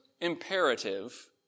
imperative